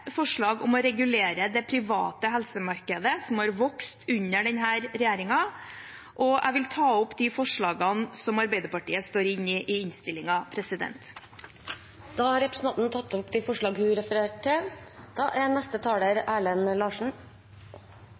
forslag om å regulere det private helsemarkedet, som har vokst under denne regjeringen. Jeg vil ta opp de forslagene Arbeiderpartiet står med i innstillingen. Representanten Ingvild Kjerkol har tatt opp de forslagene hun refererte til. Denne saken er